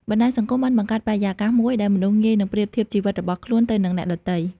បណ្តាញសង្គមបានបង្កើតបរិយាកាសមួយដែលមនុស្សងាយនឹងប្រៀបធៀបជីវិតរបស់ខ្លួនទៅនឹងអ្នកដទៃ។